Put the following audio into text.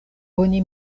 oni